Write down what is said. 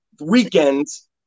weekends